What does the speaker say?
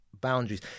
boundaries